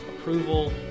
approval